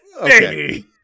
Okay